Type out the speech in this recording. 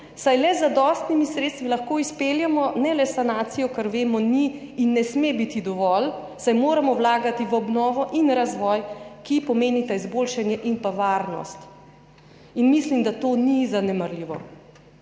saj le z zadostnimi sredstvi lahko izpeljemo ne le sanacijo, kar vemo, da ni in ne sme biti dovolj, saj moramo vlagati v obnovo in razvoj, ki pomenita izboljšanje in varnost in mislim, da to ni zanemarljivo.